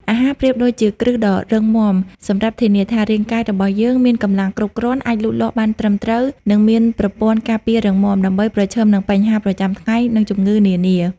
អាហារប្រៀបដូចជាគ្រឹះដ៏រឹងមាំសម្រាប់ធានាថា រាងកាយរបស់យើងមានកម្លាំងគ្រប់គ្រាន់ អាចលូតលាស់បានត្រឹមត្រូវ និងមានប្រព័ន្ធការពាររឹងមាំ ដើម្បីប្រឈមនឹងបញ្ហាប្រចាំថ្ងៃ និងជំងឺនានា។